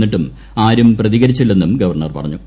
എന്നിട്ടും ആരും പ്രതിക്ഴിച്ചില്ലെന്നും ഗവർണർ പറഞ്ഞു